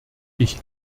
ich